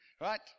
right